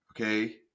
okay